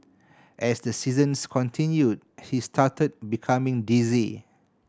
as the sessions continued he started becoming dizzy